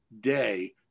day